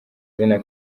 zina